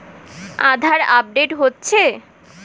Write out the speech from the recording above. আধার update হচ্ছে?